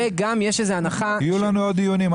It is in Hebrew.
וגם יש איזו הנחה --- יהיו לנו עוד דיונים,